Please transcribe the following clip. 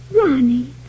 Ronnie